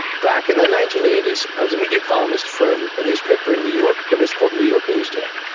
back in the nineteen eighty s i was a media columnist for a newspaper in new york that was called new york news day.